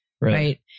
Right